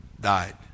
died